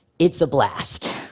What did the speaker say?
it's a blast.